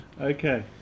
Okay